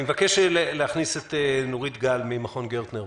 אני מבקש להכניס את נורית גל ממכון "גרטנר".